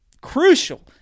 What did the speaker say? crucial